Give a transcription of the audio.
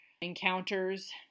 encounters